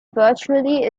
virtually